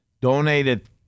donated